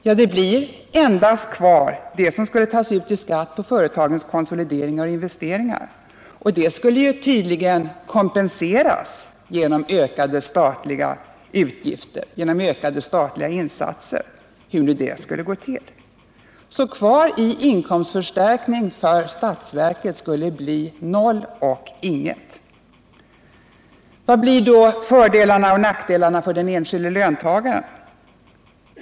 Jo, endast det som skulle tas ut i skatt på företagens konsolideringar och investeringar, och det skulle tydligen kompenseras genom ökade statliga insatser — hur nu det skulle gå till. Kvar i inkomstförstärkning för statsverket skulle bli noll och intet sedan inkomsttagarna kompenserats. Vad blir då fördelarna och nackdelarna för den enskilde löntagaren?